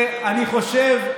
ואני חושב,